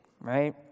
right